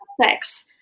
sex